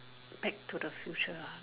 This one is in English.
back to the future ah